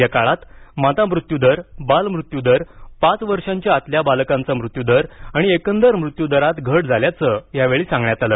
या काळात माता मृत्यू दर बाल मृत्यू दर पाच वर्षांच्या आतल्या बालकांचा मृत्यू दर आणि एकंदर मृत्यु दरात घट झाल्याचं यावेळी सांगण्यात आलं